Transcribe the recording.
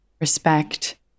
respect